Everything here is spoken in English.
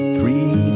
Three